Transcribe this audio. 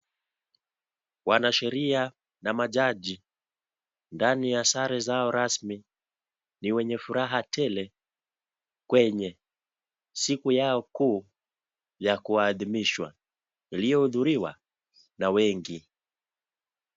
Wanasheria na majaji, ndani ya sare zao rasmi, ni wenye furaha tele kwenye siku yao kuu ya kuhathimishwa, iliyohudhuriwa na wengi.